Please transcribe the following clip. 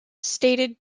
stated